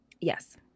Yes